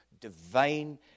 divine